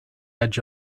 edge